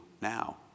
now